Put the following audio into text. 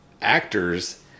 Actors